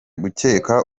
gukeka